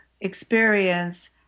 experience